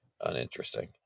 uninteresting